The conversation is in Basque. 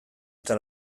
eta